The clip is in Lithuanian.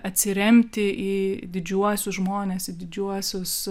atsiremti į didžiuosius žmones į didžiuosius